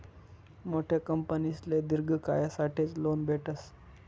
मोठा कंपनीसले दिर्घ कायसाठेच लोन भेटस